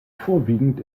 vorwiegend